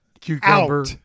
cucumber